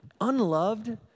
Unloved